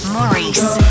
Maurice